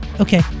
okay